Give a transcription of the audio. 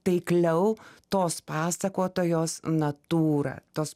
taikliau tos pasakotojos natūrą tos